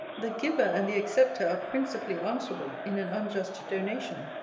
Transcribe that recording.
the giver and the accepter are principally answerable in an unjust donation.